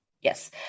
yes